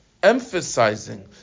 emphasizing